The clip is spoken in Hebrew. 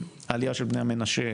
בעלייה של בני המנשה,